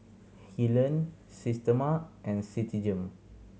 Helen Systema and Citigem